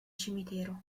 cimitero